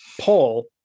paul